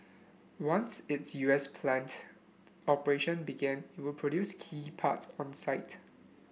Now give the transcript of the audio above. once its U S plant operation began it would produce key parts on site